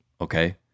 Okay